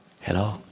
Hello